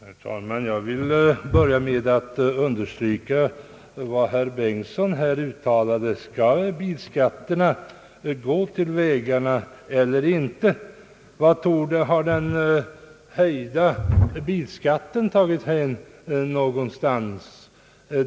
Herr talman! Jag vill börja med att understryka herr Bengtsons fråga: Skall bilskatterna gå till vägarna eller inte? Vart har den höjda bilskatten tagit vägen?